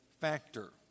factor